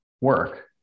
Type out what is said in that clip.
work